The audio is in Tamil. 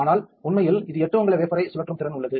ஆனால் உண்மையில் 8 அங்குல வேபர் ஐ சுழற்றும் திறன் உள்ளது